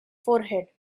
forehead